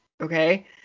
Okay